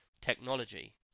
technology